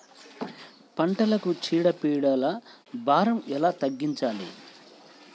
పంటలకు చీడ పీడల భారం ఎలా తగ్గించాలి?